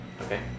Okay